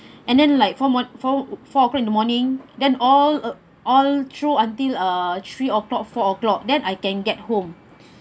and then like four O~ four O'clock in the morning then all all through until uh three O'clock four O'clock then I can get home